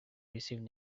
receive